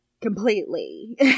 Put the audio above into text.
Completely